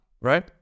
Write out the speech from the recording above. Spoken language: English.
right